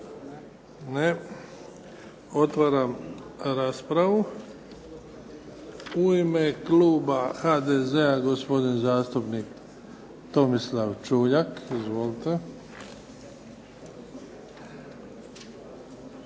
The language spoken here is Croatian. Ne. Otvaram raspravu. U ime kluba HDZ-a gospodin zastupnik Tomislav Čuljak. Izvolite.